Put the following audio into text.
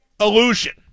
illusion